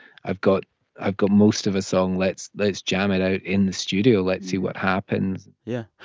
i've got i've got most of a song. let's let's jam it out in the studio. let's see what happens yeah.